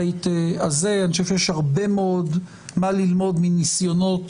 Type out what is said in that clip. אני חושב שיש הרבה מאוד מה ללמוד מניסיונות